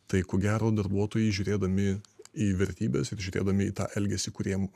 tai ko gero darbuotojai žiūrėdami į vertybes ir žiūrėdami į tą elgesį kuriem